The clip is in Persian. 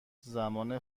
زمان